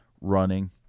Running